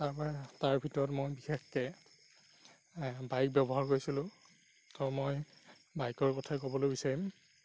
তাৰপৰা তাৰ ভিতৰত মই বিশেষকে বাইক ব্যৱহাৰ কৰিছিলোঁ ত' মই বাইকৰ কথাই ক'বলৈ বিচাৰিম